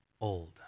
old